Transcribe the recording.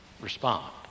Respond